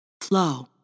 flow